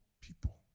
people